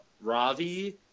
Ravi